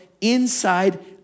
inside